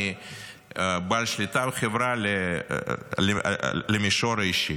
מבעל שליטה על חברה, למישור האישי.